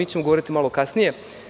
Mi ćemo govoriti malo kasnije.